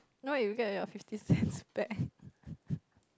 now you get your fifty cents back